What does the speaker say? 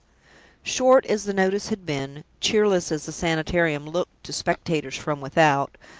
short as the notice had been, cheerless as the sanitarium looked to spectators from without,